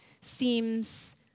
seems